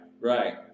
right